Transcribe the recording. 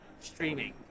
streaming